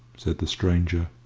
said the stranger,